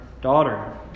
Daughter